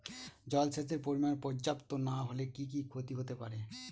জলসেচের পরিমাণ পর্যাপ্ত না হলে কি কি ক্ষতি হতে পারে?